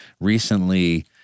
Recently